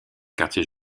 quartier